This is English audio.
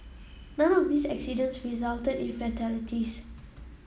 none of this accidents resulted in fatalities